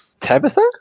Tabitha